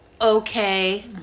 okay